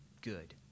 good